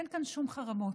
אין כאן שום חרמות.